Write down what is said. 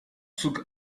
took